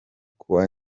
kuwa